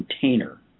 container